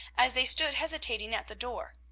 as they stood hesitating at the door.